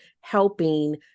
helping